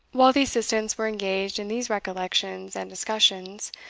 while the assistants were engaged in these recollections and discussions,